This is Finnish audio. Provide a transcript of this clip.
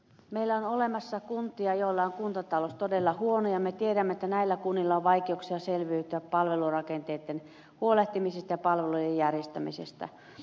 meillä on olemassa kuntia joilla on kuntatalous todella huono ja me tiedämme että näillä kunnilla on vaikeuksia selviytyä palvelurakenteista huolehtimisesta ja palvelujen järjestämisestä